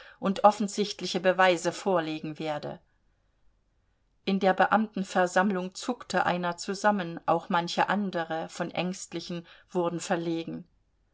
und offensichtliche beweise vorlegen werde in der beamtenversammlung zuckte einer zusammen auch manche andere von den ängstlichen wurden verlegen